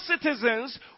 citizens